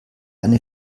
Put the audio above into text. eine